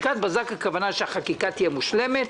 הכוונה היא שהחקיקה תהיה מושלמת,